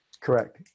Correct